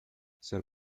ser